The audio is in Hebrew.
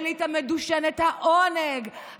האליטה מדושנת העונג,